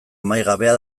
amaigabea